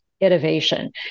innovation